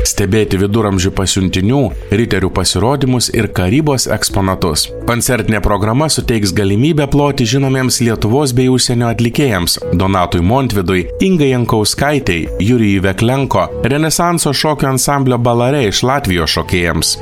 stebėti viduramžių pasiuntinių riterių pasirodymus ir karybos eksponatus koncertinė programa suteiks galimybę ploti žinomiems lietuvos bei užsienio atlikėjams donatui montvydui ingai jankauskaitei jurijui veklenko renesanso šokių ansamblio balare iš latvijos šokėjams